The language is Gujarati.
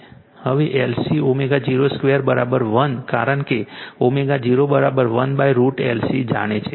હવે LC ω0 2 1 કારણ કે ω0 1√LC જાણે છે